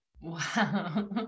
Wow